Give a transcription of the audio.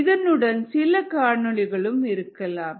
இதனுடன் சில காணொளிகளும் இருக்கலாம்